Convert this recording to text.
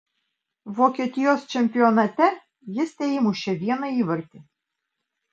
vokietijos čempionate jis teįmušė vieną įvartį